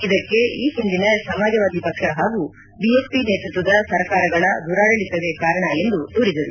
ಇದಕ್ಕೆ ಈ ಹಿಂದಿನ ಸಮಾಜವಾದಿ ಪಕ್ಷ ಹಾಗೂ ಬಿಎಸ್ಪಿ ನೇತೃತ್ವದ ಸರ್ಕಾರಗಳ ದುರಾಡಳಿತವೇ ಕಾರಣ ಎಂದು ದೂರಿದರು